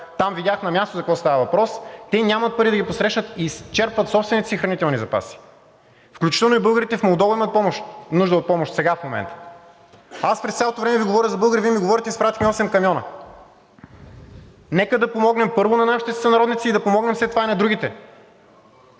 там и видях на място за какво става въпрос. Те нямат пари да ги посрещнат и изчерпват собствените си хранителни запаси, включително и българите в Молдова сега в момента имат нужда от помощ. Аз през цялото време Ви говоря за българи, Вие ми говорите: „Изпратихме осем камиона.“ Нека да помогнем първо на нашите сънародници, да помогнем след това и на другите.